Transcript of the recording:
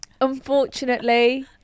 Unfortunately